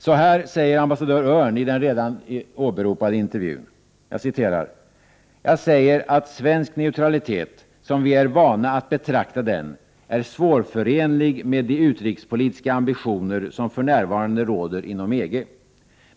Så här säger ambassadör Örn i den redan åberopade intervjun: ”Jag säger att svensk neutralitet, som vi är vana att betrakta den, är svårförenlig med de utrikespolitiska ambitioner som för närvarande råder inom EG.